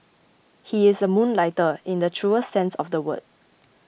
he is a moonlighter in the truest sense of the word